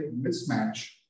mismatch